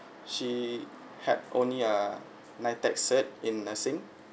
she had only a NITEC cert in nursing